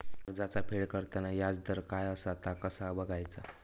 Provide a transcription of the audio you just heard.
कर्जाचा फेड करताना याजदर काय असा ता कसा बगायचा?